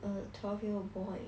a twelve-year-old boy